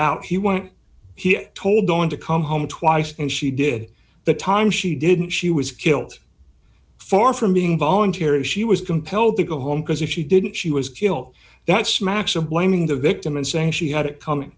out he want he told going to come home twice and she did the time she didn't she was killed far from being voluntary she was compelled to go home because if she didn't she was killed that smacks of blaming the victim and saying she had it com